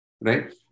right